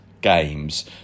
games